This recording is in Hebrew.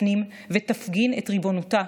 תפנים ותפגין את ריבונותה,